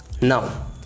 Now